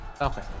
Okay